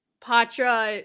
Patra